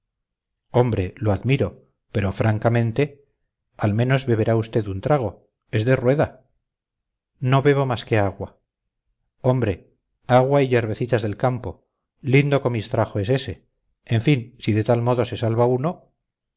hombre lo admiro pero francamente al menos beberá usted un trago es de rueda no bebo más que agua hombre agua y yerbecitas del campo lindo comistrajo es ese en fin si de tal modo se salva uno